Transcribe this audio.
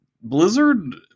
Blizzard